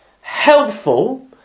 helpful